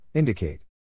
Indicate